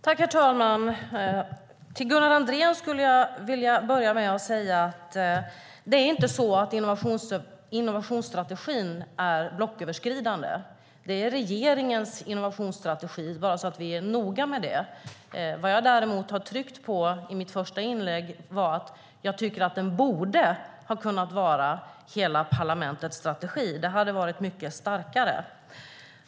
Herr talman! Jag ska börja med att säga till Gunnar Andrén att det inte är blocköverskridande enighet om innovationsstrategin. Det är regeringens innovationsstrategi - bara så att vi är noga med det. Vad jag däremot tryckte på i mitt första inlägg var att jag tycker att den hade kunnat vara hela parlamentets strategi. Den hade då varit mycket starkare.